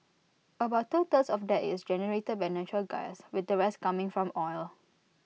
about two thirds of that is generated by natural gas with the rest coming from oil